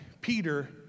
Peter